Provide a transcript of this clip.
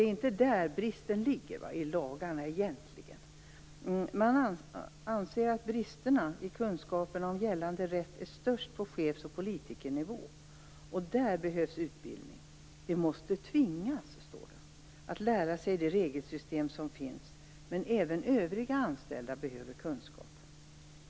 Bristerna ligger inte i lagarna. Bristerna i kunskap om gällande rätt är störst på chefsoch politikernivå. Där behövs utbildning. Det framgår att de måste tvingas att lära sig de regelsystem som finns. Men även övriga anställda behöver kunskap.